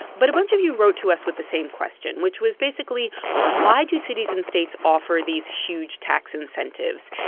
but a bunch of you wrote to us with the same question, which was basically why do cities and states offer these huge tax incentives?